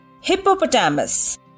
Hippopotamus